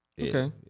Okay